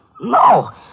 No